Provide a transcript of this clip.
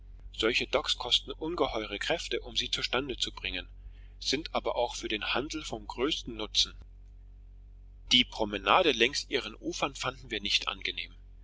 solche docks kosten ungeheure kräfte um sie zustande zu bringen sind aber auch für den handel vom größten nutzen die promenade längs ihren ufern fanden wir nicht angenehm